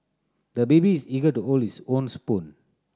the baby is eager to hold his own spoon